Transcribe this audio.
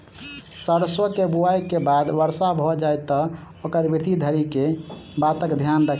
सैरसो केँ बुआई केँ बाद वर्षा भऽ जाय तऽ ओकर वृद्धि धरि की बातक ध्यान राखि?